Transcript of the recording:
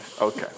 okay